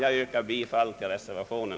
Jag yrkar bifall till reservationen.